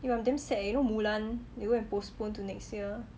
eh I'm damn sad you know mulan they go and postpone to next year